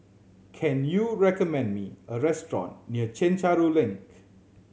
can you recommend me a restaurant near Chencharu Link